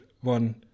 one